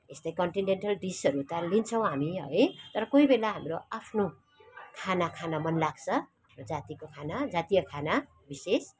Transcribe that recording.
यस्तै कन्टिनेन्टल डिसहरू त लिन्छौँ हामी है तर कोही बेला हाम्रो आफ्नो खाना खान मन लाग्छ जातिको खाना जातीय खाना विशेष